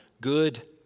good